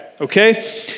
okay